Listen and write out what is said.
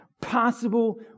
possible